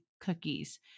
cookies